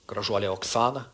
gražuolė oksana